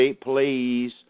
please